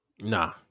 Nah